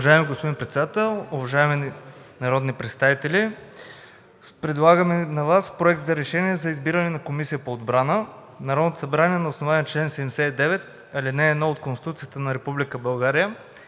Уважаеми господин Председател, уважаеми народни представители! Предлагаме Ви: „Проект! РЕШЕНИЕ за избиране на Комисия по отбрана Народното събрание на основание чл. 79, ал. 1 от Конституцията на Република България